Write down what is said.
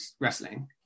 wrestling